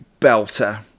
belter